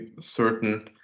certain